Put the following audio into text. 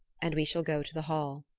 and we shall go to the hall.